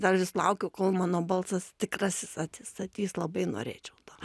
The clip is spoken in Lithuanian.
dar vis laukiu kol mano balsas tikrasis atsistatys labai norėčiau to